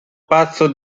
pazzo